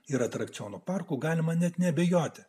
ir atrakcionų parkų galima net neabejoti